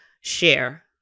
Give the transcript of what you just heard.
share